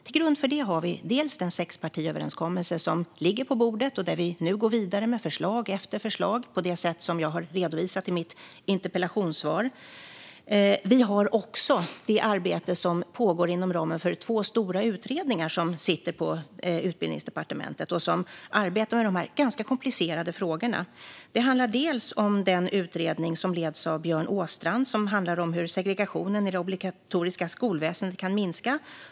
Till grund för det här har vi delvis den sexpartiöverenskommelse som ligger på bordet, där vi nu går vidare med förslag efter förslag på det sätt som jag har redovisat i mitt interpellationssvar. Vi har också det arbete som pågår inom ramen för två stora utredningar i Utbildningsdepartementet som arbetar med de här ganska komplicerade frågorna. Det gäller den utredning som leds av Björn Åstrand och som handlar om hur segregationen i det obligatoriska skolväsendet kan minska.